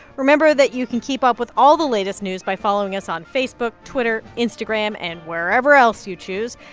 remember that you can keep up with all the latest news by following us on facebook, twitter, instagram and wherever else you choose.